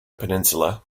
peninsula